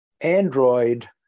android